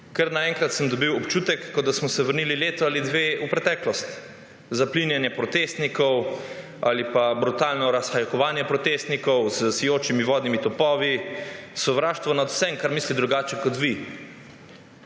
Kar naenkrat sem dobil občutek, kot da smo se vrnili leto ali dve v preteklost – zaplinjanje protestnikov ali pa brutalno razhajkovanje protestnikov s sijočimi vodnimi topovi, sovraštvo nad vsem, kar misli drugače kot vi,